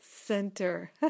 center